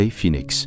Phoenix